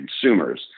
consumers